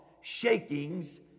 shakings